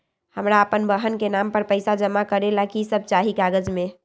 हमरा अपन बहन के नाम पर पैसा जमा करे ला कि सब चाहि कागज मे?